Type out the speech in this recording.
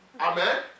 Amen